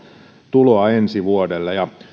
tuloa ensi vuodelle